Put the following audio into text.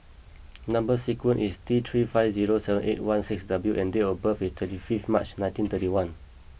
number sequence is T three five zero seven eight one six W and date of birth is twenty fifth March nineteen thirty one